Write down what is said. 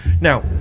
Now